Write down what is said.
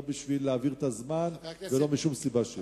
לא בשביל להעביר את הזמן ולא משום סיבה שהיא?